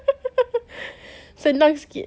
senang sikit